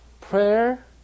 Prayer